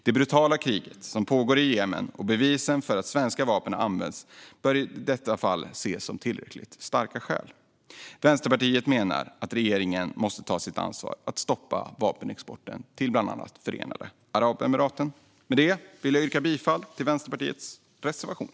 Det brutala krig som pågår i Jemen och bevisen för att svenska vapen används bör i detta fall ses som tillräckligt starka skäl. Vänsterpartiet menar att regeringen måste ta sitt ansvar och stoppa vapenexporten till bland annat Förenade Arabemiraten. Jag yrkar bifall till Vänsterpartiets reservation.